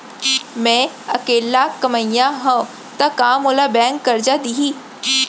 मैं अकेल्ला कमईया हव त का मोल बैंक करजा दिही?